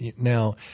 now